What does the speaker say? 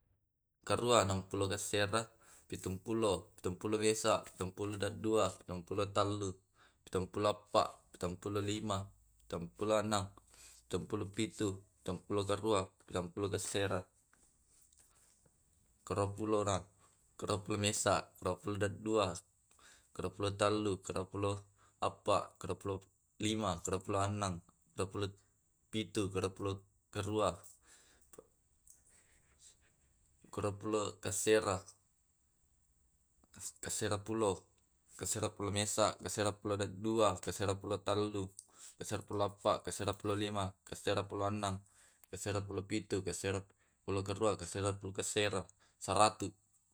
Enneng pulona karua, enneng pulona kasera, pitumpulo, pitumpulo mesa, pitumpulodua, pitumpulo tellu, pitumpulo eppa, pitumpulo lima, pitumpulo enneng, pitumpulo pitu, pitumpulo karua, pitumpulo kasera, aruapulona, aruapulona mesa, aruapulona dua, aruapulona tallu, arua pulona eppa, arua pulona lima, arua pulona enneng, arua pulona pitu, arua pulona karua, arua pulona kasera, kaserapulona, asera pulona mesa, asera pulona dua, asera pulona tallu.